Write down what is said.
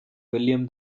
william